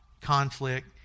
conflict